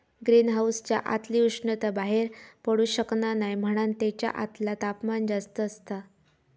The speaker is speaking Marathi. ग्रीन हाउसच्या आतली उष्णता बाहेर पडू शकना नाय म्हणान तेच्या आतला तापमान जास्त असता